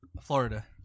Florida